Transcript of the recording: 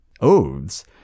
Oaths